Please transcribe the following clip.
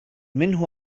منه